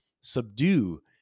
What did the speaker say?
subdue